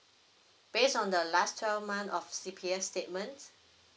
based on the last twelve month of C_P_F statements